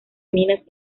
minas